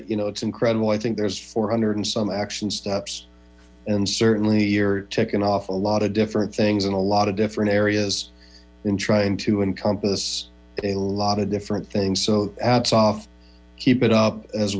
you know it's incredible i think there's four hundred some action steps and certainly year ticking off a lot of different things and a lot of different areas in trying to encompass a lot of different things so hats off keep it up as